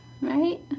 right